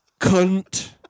Cunt